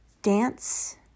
Dance